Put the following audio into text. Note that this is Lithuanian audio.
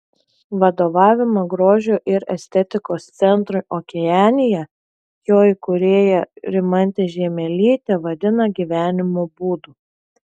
vadovavimą grožio ir estetikos centrui okeanija jo įkūrėja rimantė žiemelytė vadina gyvenimo būdu